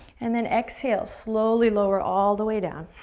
and then exhale, slowly lower all the way down.